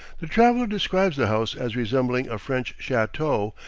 the traveler describes the house as resembling a french chateau,